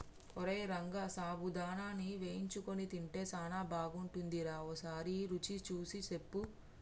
ఓరై రంగ సాబుదానాని వేయించుకొని తింటే సానా బాగుంటుందిరా ఓసారి రుచి సూసి సెప్పు